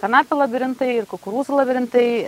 kanapių labirintai ir kukurūzų labirintai